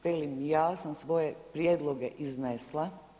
Velim, ja sam svoje prijedloge iznesla.